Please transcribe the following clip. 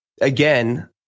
again